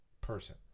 person